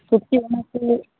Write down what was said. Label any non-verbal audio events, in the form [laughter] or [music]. ᱯᱩᱴᱠᱤ [unintelligible]